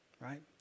right